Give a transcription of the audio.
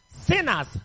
sinners